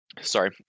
Sorry